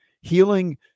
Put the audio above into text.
healing